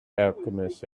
alchemist